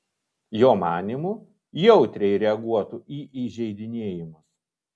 jo manymu jautriai reaguotų į įžeidinėjimus